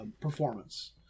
performance